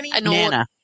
Nana